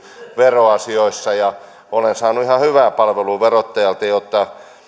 veroasioista ja olen saanut ihan hyvää palvelua verottajalta